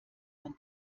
von